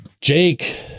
Jake